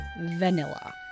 vanilla